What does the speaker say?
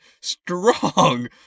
strong